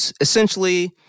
essentially